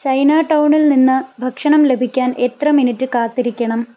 China ടൗണിൽ നിന്ന് ഭക്ഷണം ലഭിക്കാൻ എത്ര മിനിറ്റ് കാത്തിരിക്കണം